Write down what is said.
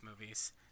movies